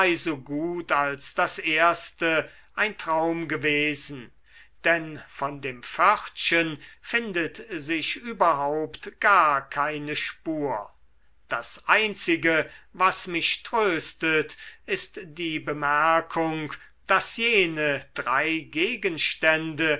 so gut als das erste ein traum gewesen denn von dem pförtchen findet sich überhaupt gar keine spur das einzige was mich tröstet ist die bemerkung daß jene drei gegenstände